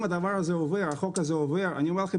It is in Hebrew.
אם החוק הזה עובר,